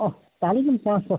ওহ তাহলে দিন পাঁচশো